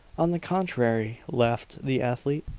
on the contrary, laughed the athlete.